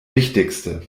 wichtigste